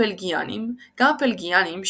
הפלגיאנים גם הפלגיאנים,